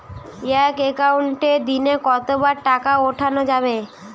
এক একাউন্টে দিনে কতবার টাকা পাঠানো যাবে?